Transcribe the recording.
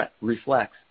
reflects